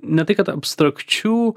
ne tai kad abstrakčių